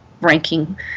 ranking